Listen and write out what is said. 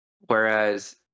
whereas